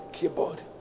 keyboard